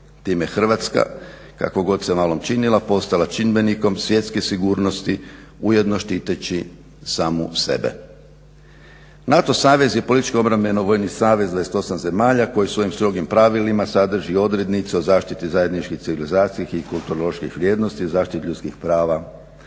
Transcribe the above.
Tim je Hrvatska kako god se malom činila postala čimbenikom svjetske sigurnosti, ujedno štiteći samu sebe. NATO savez je politički obrambeno-vojni savez 28 zemalja koji svojim strogim pravilima sadrži odrednice o zaštiti zajedničkih civilizacijskih i kulturoloških vrijednosti, zaštiti ljudskih prava